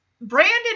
Brandon